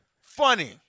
Funny